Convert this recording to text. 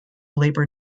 labor